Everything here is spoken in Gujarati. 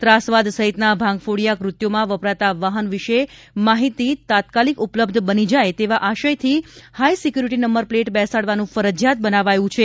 ત્રાસવાદ સહિતના ભાંગફોડીયા કૃત્યોમાં વપરાતા વાહન વિશે માહિતી તાત્કાલિક ઉપલબ્ધ બની જાય તેવા આશયથી હાઈ સિક્યોરીટી નંબર પ્લેટ બેસાડવાનું ફરજિયાત બનાવાયું છે